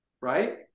right